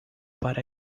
para